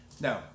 No